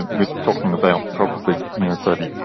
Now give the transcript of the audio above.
we are talking about probably you know thirty